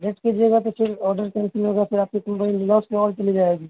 late کیجیے گا تو پھر آرڈر کینسل ہوگا پھر آپ کی کمپنی لاس میں اور چلی جائے گی